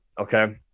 okay